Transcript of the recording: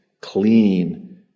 clean